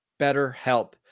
BetterHelp